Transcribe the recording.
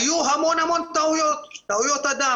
היו המון המון טעויות אדם.